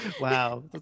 Wow